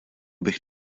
bych